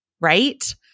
right